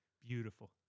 Beautiful